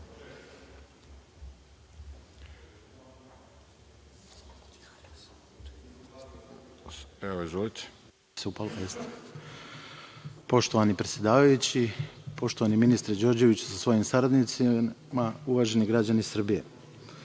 Poštovani predsedavajući, poštovani ministre Đorđeviću sa svojim saradnicima, uvaženi građani Srbije. Vojska